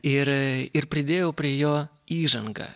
ir ir pridėjau prie jo įžangą